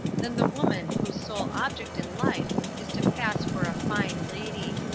than the woman whose sole object in life is to pass for a fine lady.